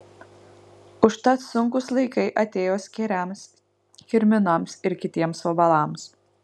užtat sunkūs laikai atėjo skėriams kirminams ir kitiems vabalams